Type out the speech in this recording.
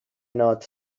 not